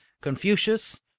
Confucius